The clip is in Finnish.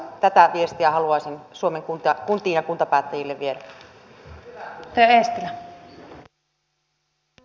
tätä viestiä haluaisin suomen kuntiin ja kuntapäättäjille viedä